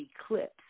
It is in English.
eclipse